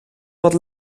wat